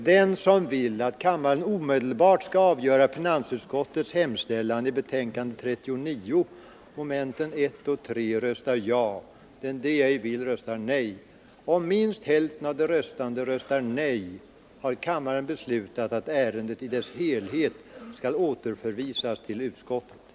Herr talman! Jag vill då bara säga att det är säkrare att mota Olle i grind än när han har kommit igenom. ärendet i dess helhet skall återförvisas till utskottet. Om minst hälften av de röstande röstar nej har kammaren beslutat att ärendet i dess helhet skall återförvisas till utskottet.